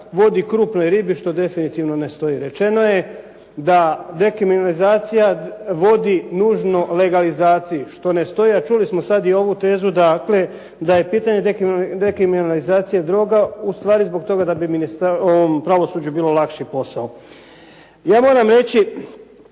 vodi krupnoj ribi što definitivno ne stoji. Rečeno je da dekriminalizacija vodi nužno legalizaciji što ne stoji, a čuli smo sad i ovu tezu da je pitanje dekriminalizacije droga ustvari zbog toga da bi pravosuđu bio lakši posao. Ja moram reći